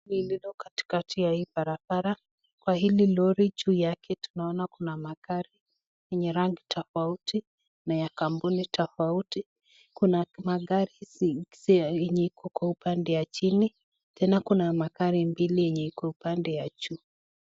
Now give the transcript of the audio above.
hili lori katikati ya hii barabara. Kwa hili lori juu yake tunaona kuna magari yenye rangi tofauti na ya kampuni tofauti. Kuna magari yenye iko kwa upande ya chini, tena kuna magari mbili yenye iko kwa upande ya juu.